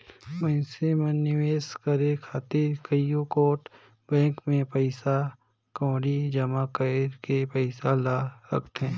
मइनसे मन निवेस करे खातिर कइयो गोट बेंक में पइसा कउड़ी जमा कइर के पइसा ल राखथें